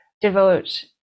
devote